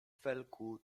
felku